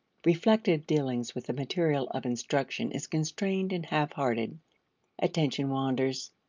reflective dealings with the material of instruction is constrained and half-hearted attention wanders.